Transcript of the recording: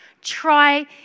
try